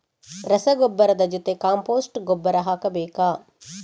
ರಸಗೊಬ್ಬರದ ಜೊತೆ ಕಾಂಪೋಸ್ಟ್ ಗೊಬ್ಬರ ಹಾಕಬೇಕಾ?